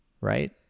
Right